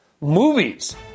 Movies